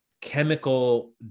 chemical